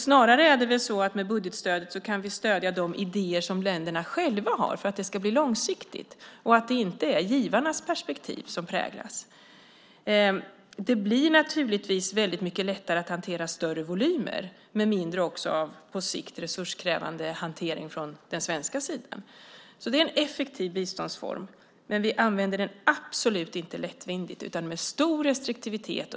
Snarare kan vi med budgetstödet stödja de idéer som länderna själva har för att det ska bli långsiktigt och för att det inte är givarnas perspektiv som ska prägla det hela. Det blir naturligtvis mycket lättare att hantera större volymer med på sikt mindre resurskrävande hantering på den svenska sidan, så det är en effektiv biståndsform, men vi använder den absolut inte lättvändigt utan med stor restriktivitet.